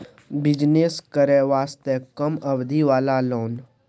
Business करे वास्ते कम अवधि वाला लोन?